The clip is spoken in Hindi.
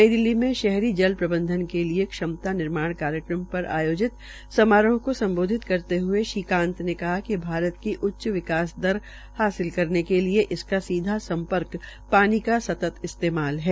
नई दिल्ली मे शहरी जल प्रबंधन के लिये क्षमता निर्माण कार्यक्रम पर आयोजित समारोह को सम्बोधित करते हुए श्रीकांत ने कहा कि भारत की उच्च विकास दर हासिल करने के लिए इसका सीधा सम्पर्क पानी का सतत इस्तेमाल है